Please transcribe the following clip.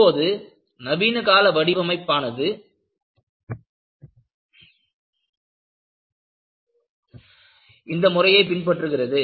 இப்போது நவீன கால வடிவமைப்பானது இந்த முறையை பின்பற்றுகிறது